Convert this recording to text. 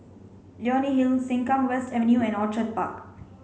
Leonie Hill Sengkang West Avenue and Orchid Park